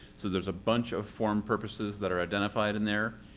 so there's a bunch of form purposes that are identified in there.